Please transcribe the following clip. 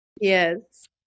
Yes